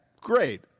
great